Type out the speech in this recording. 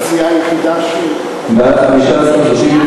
סיעת העבודה לאחרי סעיף 1 לא נתקבלה.